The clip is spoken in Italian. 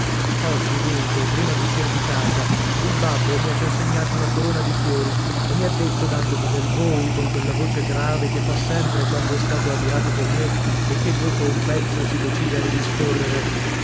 oggi dunque prima d'uscir di casa il babbo mi ha consegnato una corona di fiori e mi ha detto dandomi del voi con quella voce grave che fa sempre quando è stato adirato con me e che dopo un pezzo si decide a ridiscorrere